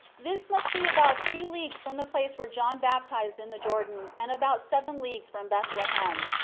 this must be about three leagues from the place where john baptised in the jordan and about seven leagues from bethlehem.